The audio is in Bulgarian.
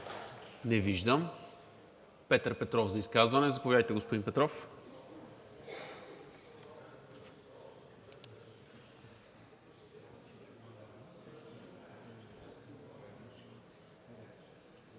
Не виждам. Петър Петров за изказване. Заповядайте, господин Петров.